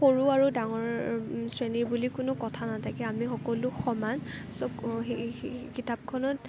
সৰু আৰু ডাঙৰ শ্ৰেণীৰ বুলি কোনো কথা নাথাকে আমি সকলো সমান চকু সেই সেই কিতাপখনত